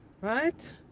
Right